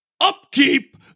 upkeep